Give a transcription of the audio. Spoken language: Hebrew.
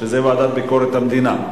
שזה ועדת ביקורת המדינה.